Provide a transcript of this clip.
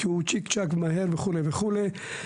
כי הוא צ'יק-צ'ק ומהר וכולה וכולה,